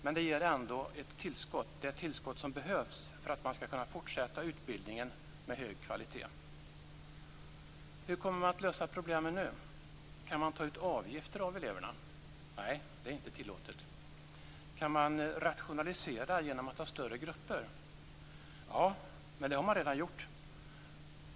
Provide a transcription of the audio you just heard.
Men det ger ändå ett tillskott, det tillskott som behövs för att man skall kunna fortsätta utbildningen med hög kvalitet. Hur kommer man att lösa problemen nu? Kan man ta ut avgifter av eleverna? Nej, det är inte tillåtet. Kan man rationalisera genom att ha större grupper? Ja, men det har man redan gjort.